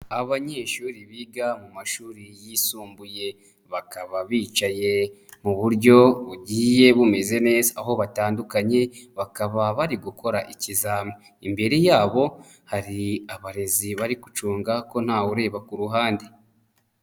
Abanyeshuri biga mu mashuri yisumbuye, bakaba bicaye mu buryo bugiye bumeze neza aho batandukanye bakaba bari gukora ikizami, imbere yabo hari abarezi bari gucunga ko ntawe ureba ku ruhande.